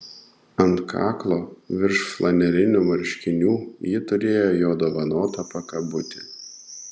ant kaklo virš flanelinių marškinių ji turėjo jo dovanotą pakabutį